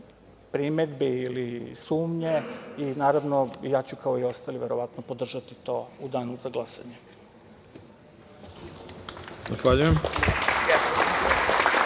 primedbe ili sumnje i, naravno, ja ću kao ostali, verovatno, podržati to u danu za glasanje. **Ivica